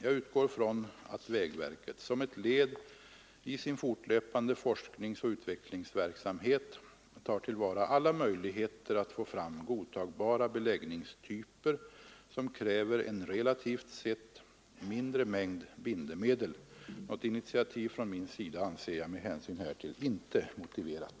Jag utgår från att vägverket som ett led i sin fortlöpande forskningsoch utvecklingsverksamhet tar till vara alla möjligheter att få fram godtagbara beläggningstyper som kräver en relativt sett mindre mängd bindemedel. Något initiativ från min sida anser jag med hänsyn härtill inte motiverat.